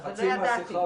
חבר הכנסת סמי אבו שחאדה,